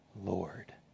Lord